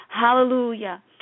Hallelujah